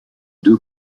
deux